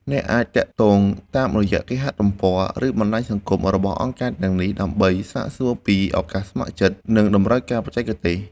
អ្នកអាចទាក់ទងតាមរយៈគេហទំព័រ ឬបណ្ដាញសង្គមរបស់អង្គការទាំងនេះដើម្បីសាកសួរពីឱកាសស្ម័គ្រចិត្ត និងតម្រូវការបច្ចេកទេស។